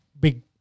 big